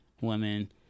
women